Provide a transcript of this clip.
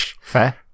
Fair